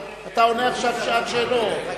אתה עונה עכשיו בשעת שאלות.